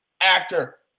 actor